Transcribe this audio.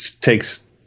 takes